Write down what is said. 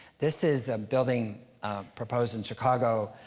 this is a building proposed in chicago.